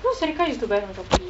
sureka used to buy from Shopee